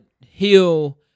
heal